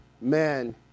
man